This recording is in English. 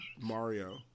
Mario